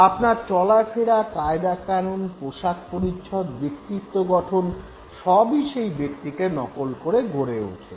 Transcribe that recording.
আপনার চলাফেরা কায়দাকানুন পোশাক পরিচ্ছদ ব্যক্তিত্ব গঠন সবই সেই ব্যক্তিকে নকল করে গড়ে ওঠে